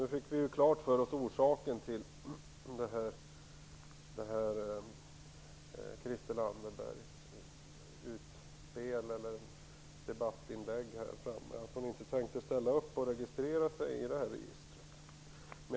Nu fick vi klart för oss orsaken till Christel Anderbergs debattinlägg - hon tänker inte ställa upp och registrera sig i registret.